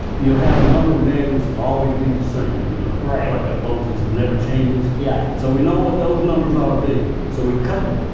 you'll have a number of measurements that'll always be the same, you know, like a bolt, it never changes, yeah so we know what those number's oughta be. so we cut the